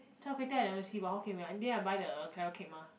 char-kway-teow I never see buy hokkien mee in the end I buy the carrot cake mah